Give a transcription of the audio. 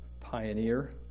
pioneer